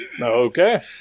Okay